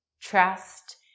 trust